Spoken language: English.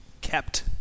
kept